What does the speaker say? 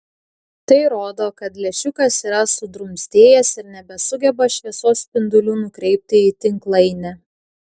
tai rodo kad lęšiukas yra sudrumstėjęs ir nebesugeba šviesos spindulių nukreipti į tinklainę